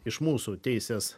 iš mūsų teisės